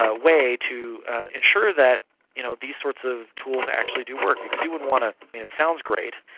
ah way to ensure that you know these sorts of tools actually do work, because you wouldn't want to it sounds great,